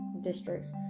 districts